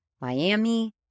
Miami